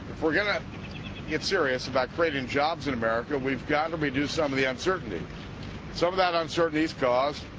forgotten get serious about creating jobs in america we've got to reduce some of the uncertainty so that i'm certainly stars